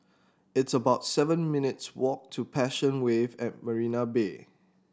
it's about seven minutes walk to Passion Wave at Marina Bay